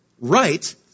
right